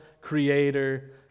creator